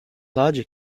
larger